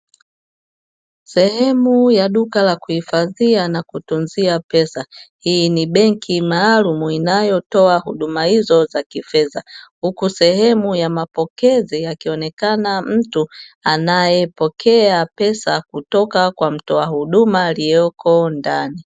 Sehemu ya duka la kuhifadhia na kutunzia fedha hii ni benki maalumu inayotoa huduma hizo za kifedha, huku sehemu ya mapokezi akionekana mtu anaepokea pesa kutoka kwa mtoa huduma alioko ndani.